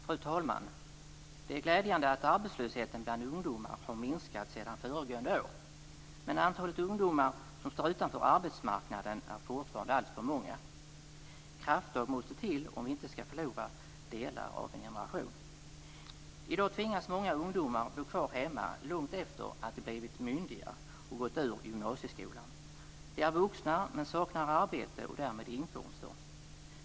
Fru talman! Det är glädjande att arbetslösheten bland ungdomar har minskat sedan föregående år. Men antalet ungdomar som står utanför arbetsmarknaden är fortfarande alltför stort. Krafttag måste till om vi inte skall förlora delar av en generation. I dag tvingas många ungdomar bo kvar hemma långt efter det att de blivit myndiga och gått ut gymnasieskolan. De är vuxna men saknar arbete och därmed inkomster.